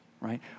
right